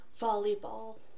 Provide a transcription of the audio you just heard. volleyball